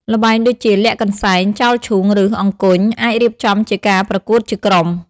ល្បែងដូចជា លាក់កន្សែង ចោលឈូង ឬ អង្គញ់ អាចរៀបចំជាការប្រកួតជាក្រុម។